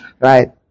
right